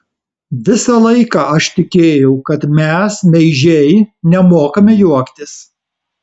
visą laiką aš tikėjau kad mes meižiai nemokame juoktis